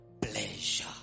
pleasure